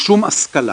גם שם יש את אותה בעיה.